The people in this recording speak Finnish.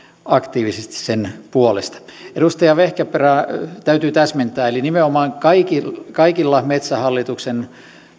aktiivisesti sen puolesta edustaja vehkaperä täytyy täsmentää eli nimenomaan kaikilla kaikilla metsähallituksen